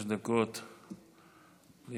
בבקשה, חמש דקות לרשותך.